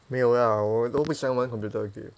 没有啦我都不喜欢玩 computer game